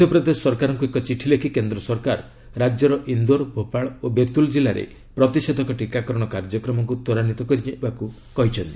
ମଧ୍ୟପ୍ରଦେଶ ସରକାରଙ୍କୁ ଏକ ଚିଠି ଲେଖି କେନ୍ଦ୍ର ସରକାର ରାଜ୍ୟର ଇନ୍ଦୋର ଭୋପାଳ ଓ ବେତୁଲ ଜିଲ୍ଲାରେ ପ୍ରତିଷେଧକ ଟିକାକରଣ କାର୍ଯ୍ୟକ୍ରମକୁ ତ୍ୱରାନ୍ୱିତ କରିବାକୁ କହିଛନ୍ତି